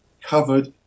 covered